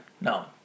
No